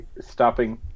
stopping